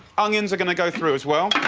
onions are gonna go through as well.